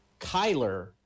Kyler